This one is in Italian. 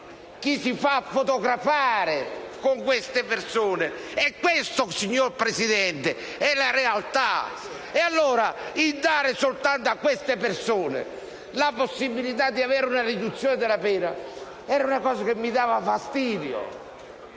si fa fotografare con queste persone. Questa, signor Presidente, è la realtà. E allora dare soltanto a queste persone la possibilità di avere una riduzione della pena era una cosa che mi dava fastidio.